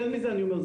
יותר מזה אני אומר,